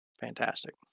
Fantastic